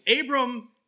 Abram